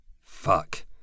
Fuck